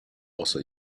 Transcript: also